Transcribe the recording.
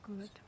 good